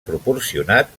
proporcionat